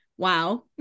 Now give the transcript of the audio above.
Wow